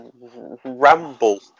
ramble